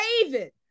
David